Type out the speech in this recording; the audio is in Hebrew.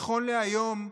נכון להיום,